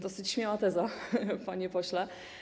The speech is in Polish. Dosyć śmiała teza, panie pośle.